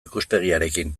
ikuspegiarekin